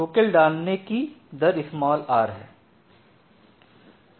token डालने कि दर r है